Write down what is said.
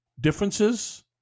differences